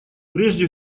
прежде